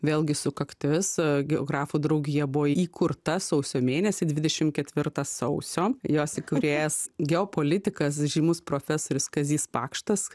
vėlgi sukaktis geografų draugija buvo įkurta sausio mėnesį dvidešimt ketvirtą sausio jos įkūrėjas geopolitikas žymus profesorius kazys pakštas